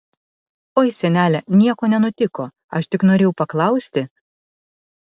oi senele nieko nenutiko aš tik norėjau paklausti